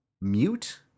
mute